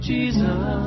Jesus